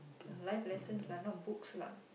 from life lessons lah not books lah